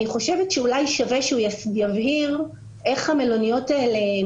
אני חושבת ששווה שהוא יבהיר איך הנציגות במלוניות האלה,